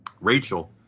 Rachel